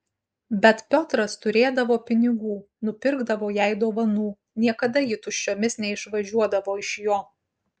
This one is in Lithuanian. bet piotras turėdavo pinigų nupirkdavo jai dovanų niekada ji tuščiomis neišvažiuodavo iš jo